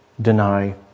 deny